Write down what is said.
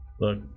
Look